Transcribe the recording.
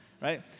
right